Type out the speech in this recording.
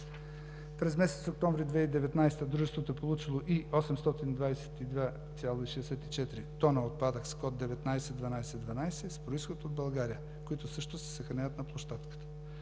През месец октомври 2019 г. дружеството е получило и 822,64 тона отпадък с код 191212 с произход от България, които също се съхраняват на площадката.